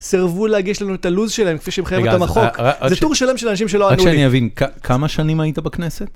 סרבו להגיש לנו את הלוז שלהם, כפי שהם שמחייב אותם החוק. זה טור שלם של אנשים שלא ענו לי. רק שאני אבין, כמה שנים היית בכנסת?